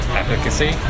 efficacy